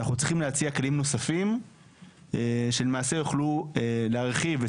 אנחנו צריכים להציע כלים נוספים שלמעשה יוכלו להרחיב את